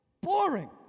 Boring